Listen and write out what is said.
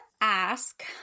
ask